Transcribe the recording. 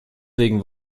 legen